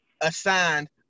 assigned